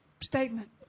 statement